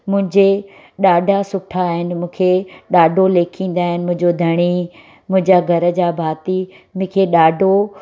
मुंहिंजे ॾाढा सुठा आहिनि मूंखे ॾाढो लेखींदा आहिनि मुंहिंजो धणी मुंहिंजा घर जा भाती मूंखे ॾाढो